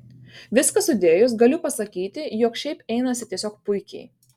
viską sudėjus galiu pasakyti jog šiaip einasi tiesiog puikiai